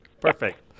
Perfect